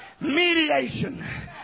mediation